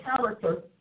character